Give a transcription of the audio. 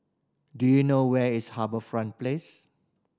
do you know where is HarbourFront Place